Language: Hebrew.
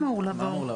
מה אמור לעבור?